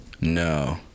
No